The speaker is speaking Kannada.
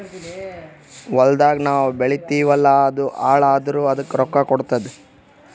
ಹೊಲ್ದಾಗ್ ನಾವ್ ಬೆಳಿತೀವಿ ಅಲ್ಲಾ ಅದು ಹಾಳ್ ಆದುರ್ ಅದಕ್ ರೊಕ್ಕಾ ಕೊಡ್ತುದ್